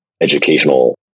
educational